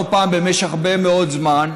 לא פעם במשך הרבה מאוד זמן,